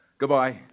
Goodbye